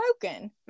broken